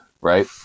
right